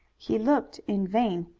he looked in vain.